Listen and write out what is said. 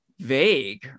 vague